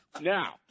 Now